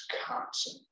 Wisconsin